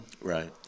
Right